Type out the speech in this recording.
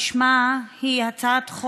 שמה היום סוף לדרך הזאת,